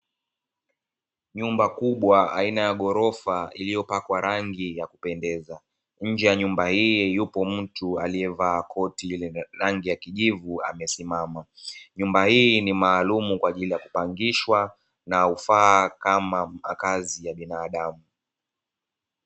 Nyumba kubwa aina ya ghorofa iliyopakwa rangi ya kupendeza. Nje ya nyumba hii yupo mtu aliyevaa koti lenye rangi ya kijivu amesimama. Nyumba hii ni maalumu kwa ajili ya kupangishwa, na hufaa kama makazi ya binadamu.